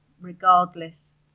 regardless